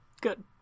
Good